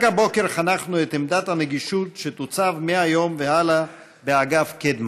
לא בכדי היום הזה הובלט כאן במיוחד.